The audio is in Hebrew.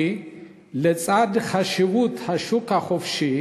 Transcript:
כי לצד חשיבות השוק החופשי,